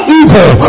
evil